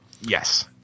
Yes